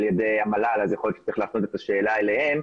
ידי המל"ל ויכול להיות שצריך להפנות את השאלה אליהם.